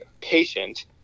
patient